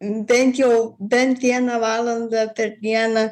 bent jau bent vieną valandą per dieną